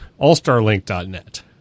allstarlink.net